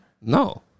No